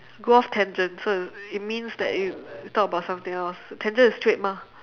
go off tangent so it means that you talk about something else tangent is straight mah